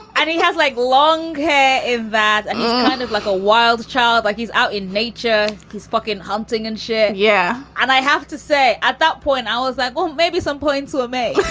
and he has like, long hair. is that and yeah kind of like a wild child. like he's out in nature. he's fuckin hunting and shit. yeah. and i have to say at that point i was like, well maybe some points were made.